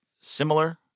similar